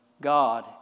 God